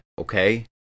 okay